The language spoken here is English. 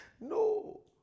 no